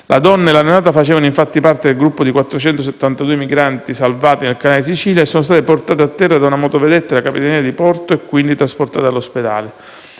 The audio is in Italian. La donna e la neonata facevano infatti parte di un gruppo di 472 migranti salvati nel Canale di Sicilia, e sono state portate a terra da una motovedetta della capitaneria di porto e quindi trasportate all'ospedale.